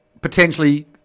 potentially